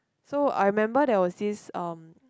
so I remember there was this um